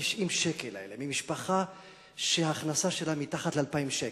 את 90 השקל האלה ממשפחה שההכנסה שלה מתחת ל-2,000 שקל.